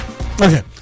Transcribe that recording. Okay